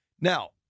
Now